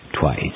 twice